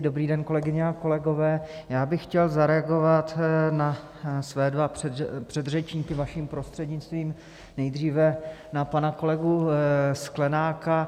Dobrý den, kolegyně a kolegové, já bych chtěl zareagovat na své dva předřečníky, vaším prostřednictvím, nejdříve na pana kolegu Sklenáka.